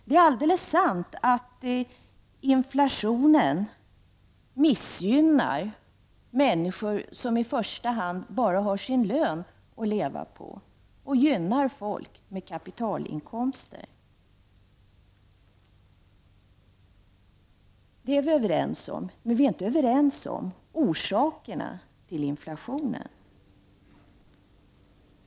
Det är alldeles sant att inflationen missgynnar människor som i första hand bara har sin lön att leva på och gynnar folk med kapitalinkomster. Det är vi överens om, men inte om orsakerna till inflationen.